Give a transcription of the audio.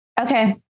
Okay